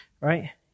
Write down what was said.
right